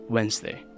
Wednesday